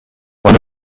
one